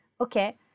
okay